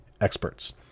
experts